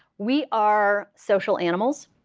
we are social animals.